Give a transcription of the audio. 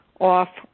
off